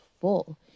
full